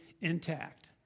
intact